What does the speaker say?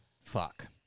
fuck